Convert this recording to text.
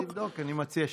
אז תבדוק, אני מציע שתבדוק.